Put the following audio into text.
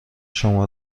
شما